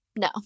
No